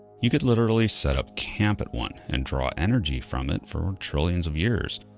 you could literally set up camp at one and draw energy from it for trillions of years.